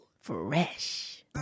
Fresh